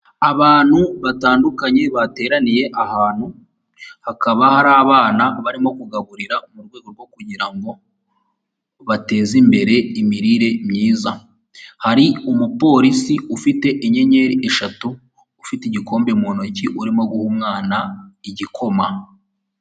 Abantu batandukanye bateraniye ahantu, hakaba hari abana barimo kugaburira mu rwego rwo kugira ngo bateze imbere imirire myiza, hari umupolisi ufite inyenyeri eshatu ufite igikombe mu ntoki urimo guha umwana igikoma.